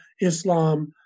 Islam